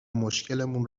مشکلمون